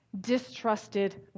distrusted